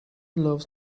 loves